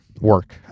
work